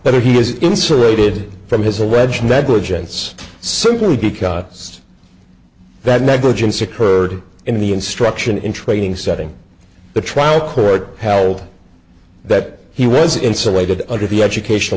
whether he was insulated from his alleged negligence simply because that negligence occurred in the instruction in training setting the trial court held that he was insulated under the educational